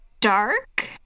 dark